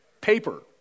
Paper